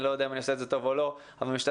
אבל אני לא יודע אם אני עושה את זה טוב או לא את מה